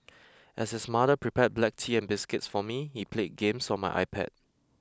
as his mother prepared black tea and biscuits for me he played games on my iPad